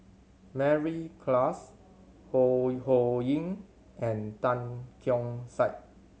Mary Klass Ho Ho Ying and Tan Keong Saik